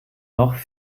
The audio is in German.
noch